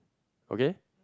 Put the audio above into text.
okay